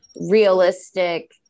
realistic